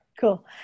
Cool